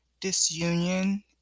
disunion